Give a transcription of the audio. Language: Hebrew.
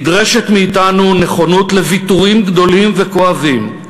נדרשת מאתנו נכונות לוויתורים גדולים וכואבים,